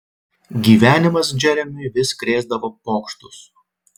gyvenimas džeremiui vis krėsdavo pokštus